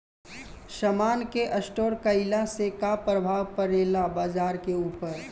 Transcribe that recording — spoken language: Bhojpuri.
समान के स्टोर काइला से का प्रभाव परे ला बाजार के ऊपर?